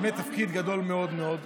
באמת תפקיד גדול מאוד מאוד.